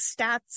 stats